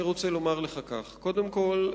אני רוצה לומר לך כך: קודם כול,